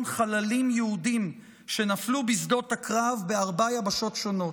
חללים יהודים שנפלו בשדות הקרב בארבע יבשות שונות.